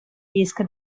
disk